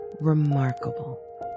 remarkable